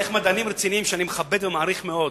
איך מדענים רציניים, שאני מכבד ומעריך מאוד,